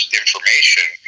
information